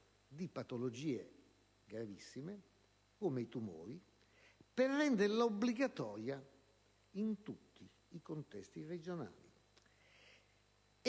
di patologie gravissime, come i tumori, per renderla obbligatoria in tutti i contesti regionali.